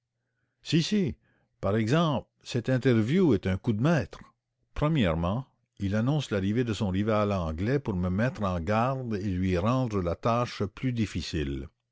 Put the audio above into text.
cette interview est un coup de maître premièrement il annonce l'arrivée de son rival anglais pour me mettre en garde et lui rendre la tâche plus difficile